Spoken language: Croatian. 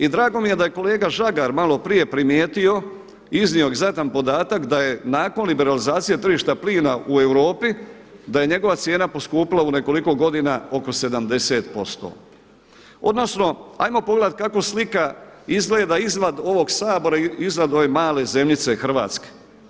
I drago mi je da je kolega Žagar malo prije primijetio, iznio egzaktan podatak da je nakon liberalizacije tržišta plina u Europi, da je njegova cijena poskupila u nekoliko godina oko 70%, odnosno hajmo pogledat kako slika izgleda izvan ovog Sabora, izvan ove male zemljice Hrvatske.